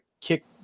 kick